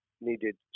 needed